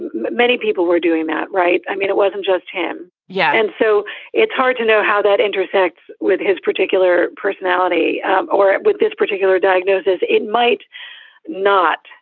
many people were doing that. right. i mean, it wasn't just him. yeah. and so it's hard to know how that intersects with his particular personality or with this particular diagnosis. it might not,